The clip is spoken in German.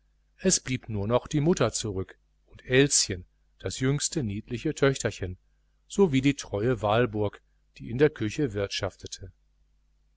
es blieb nur noch die mutter zurück und elschen das jüngste niedliche töchterchen sowie die treue walburg die in der küche wirtschaftete